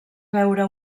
veure